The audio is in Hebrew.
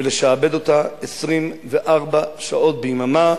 ולשעבד אותה 24 שעות ביממה,